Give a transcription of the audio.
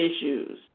issues